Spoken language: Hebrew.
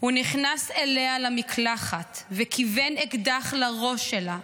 "הוא נכנס אליה למקלחת, וכיוון אקדח לראש שלה,